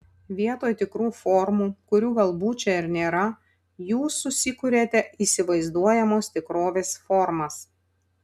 vietoj tikrų formų kurių galbūt čia ir nėra jūs susikuriate įsivaizduojamos tikrovės formas